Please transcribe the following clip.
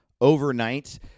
overnight